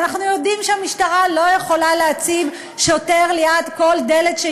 ואנחנו יודעים שהמשטרה לא יכולה להציב שוטר ליד כל דלת של